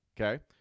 Okay